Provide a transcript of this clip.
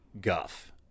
guff